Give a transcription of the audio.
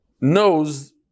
knows